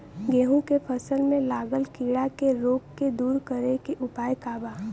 गेहूँ के फसल में लागल कीड़ा के रोग के दूर करे के उपाय का बा?